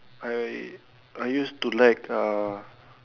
I I used to like uh